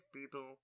people